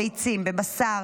ביצים ובשר,